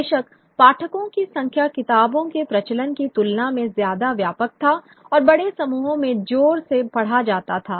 बेशक पाठकों की संख्या किताबों के प्रचलन की तुलना में ज्यादा व्यापक था और बड़े समूहों में जोर से पढ़ा जाता था